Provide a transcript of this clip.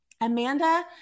Amanda